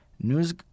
News